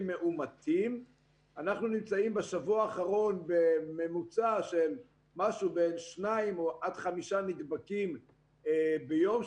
מאומתים; בשבוע האחרון בממוצע בין שניים עד חמישה נדבקים ביום,